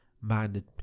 minded